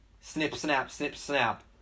snip-snap-snip-snap